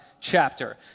chapter